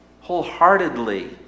wholeheartedly